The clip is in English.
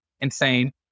insane